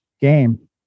game